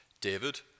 David